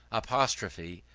apostrophe,